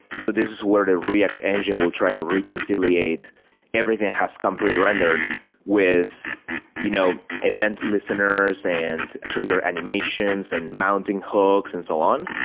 so this is where the react engine will try to re-conciliate everything has come pre rendered with you know event listeners, and trigger animations, and mounting hooks and so on.